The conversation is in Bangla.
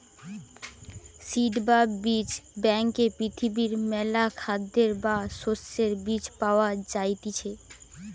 সিড বা বীজ ব্যাংকে পৃথিবীর মেলা খাদ্যের বা শস্যের বীজ পায়া যাইতিছে